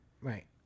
Right